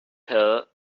her